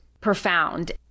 profound